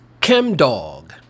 Chemdog